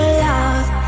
love